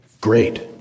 Great